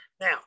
Now